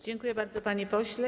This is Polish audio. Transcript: Dziękuję bardzo, panie pośle.